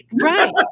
Right